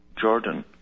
Jordan